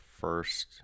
first